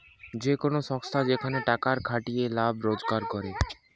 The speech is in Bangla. যে কোন সংস্থা যেখানে টাকার খাটিয়ে লাভ রোজগার করে